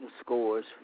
scores